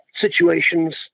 situations